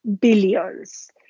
billions